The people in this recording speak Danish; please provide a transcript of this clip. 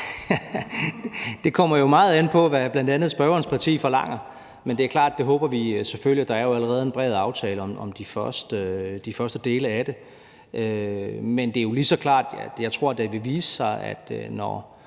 Det kommer jo meget an på, hvad bl.a. spørgerens parti forlanger, men det er klart, at det håber vi selvfølgelig. Der er jo allerede en bred aftale om de første dele af det. Men det er jo lige så klart, tror jeg, at det vil vise sig, når